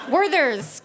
Worthers